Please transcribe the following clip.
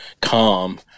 calm